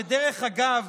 כדרך אגב,